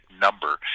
number